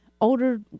older